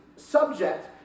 subject